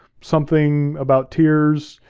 something about tears,